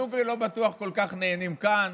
דוגרי, לא בטוח שכל כך נהנים כאן,